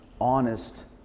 honest